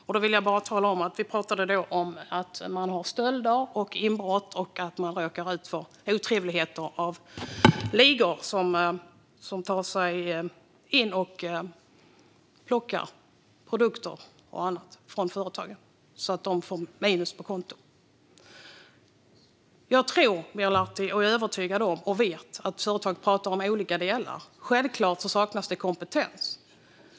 Jag vill bara tala om att vi pratade om att man har stölder och inbrott och att man råkar ut för otrevligheter från ligor som tar sig in och plockar produkter och annat från företagen så att de får minus på kontot. Jag tror, nej, jag är övertygad om och vet att företag pratar om olika delar. Självklart saknas det kompetens.